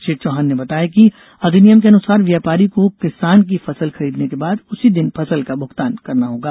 श्री चौहान ने बताया कि अधिनियम के अनुसार व्यापारी को किसान की फसल खरीदने के बाद उसी दिन फसल का भुगतान करना होगा